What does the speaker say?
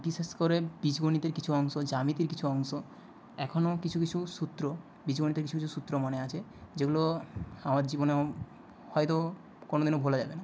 বিশেষ করে বীজগণিতের কিছু অংশ জ্যামিতির কিছু অংশ এখনও কিছু কিছু সূত্র বীজগণিতের কিছু কিছু সূত্র মনে আছে যেগুলো আমার জীবনেও হয়তো কোনো দিনও ভোলা যাবে না